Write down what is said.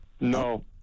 No